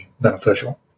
beneficial